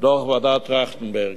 דוח ועדת-טרכטנברג,